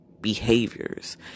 behaviors